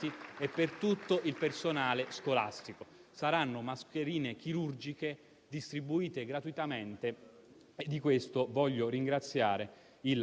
che vengono da stagioni precedenti, però non possiamo nasconderci quello che in queste ore si sta facendo: 2,9 miliardi di euro